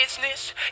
business